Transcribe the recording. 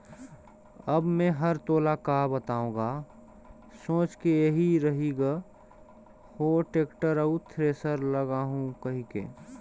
अब मे हर तोला का बताओ गा सोच के एही रही ग हो टेक्टर अउ थेरेसर लागहूँ कहिके